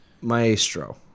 Maestro